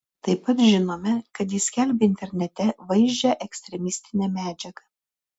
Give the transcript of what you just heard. taip pat žinome kad jis skelbė internete vaizdžią ekstremistinę medžiagą